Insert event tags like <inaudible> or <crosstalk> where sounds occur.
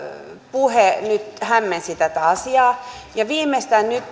puhe nyt hämmensi tätä asiaa ja viimeistään nyt <unintelligible>